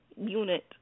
unit